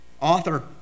Author